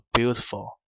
Beautiful 》 ，